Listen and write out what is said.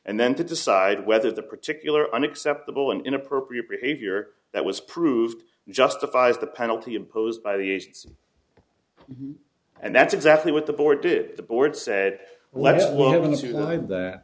and then to decide whether the particular unacceptable and inappropriate behavior that was proved justifies the penalty imposed by the and that's exactly what the board did the board said let